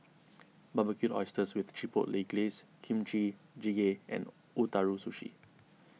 Barbecued Oysters with Chipotle Glaze Kimchi Jjigae and Ootoro Sushi